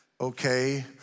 okay